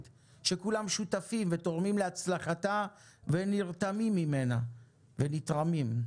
שכולם שותפים ותורמים להצלחתה ונרתמים ממנה ונתרמים.